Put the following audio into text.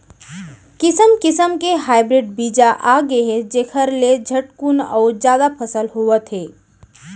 किसम किसम के हाइब्रिड बीजा आगे हे जेखर ले झटकुन अउ जादा फसल होवत हे